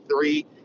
three